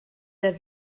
der